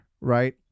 Right